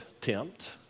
tempt